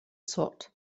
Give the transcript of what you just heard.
sword